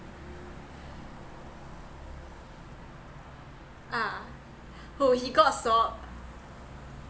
ah oh he got swabbed